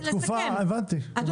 הבנתי.